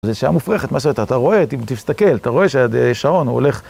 זה שאלה מופרכת אתה רואה, תסתכל, אתה רואה שהשעון הוא הולך